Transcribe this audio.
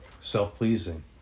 self-pleasing